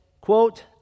quote